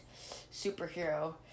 superhero